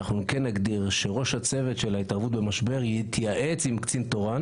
הכוונה אל המשטרה